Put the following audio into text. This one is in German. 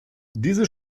diese